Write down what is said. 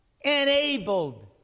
enabled